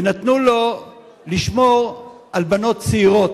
ונתנו לו לשמור על בנות צעירות,